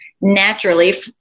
naturally